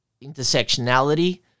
intersectionality